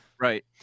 Right